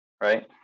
right